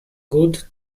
good